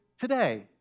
today